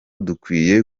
dukwiye